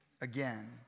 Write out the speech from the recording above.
again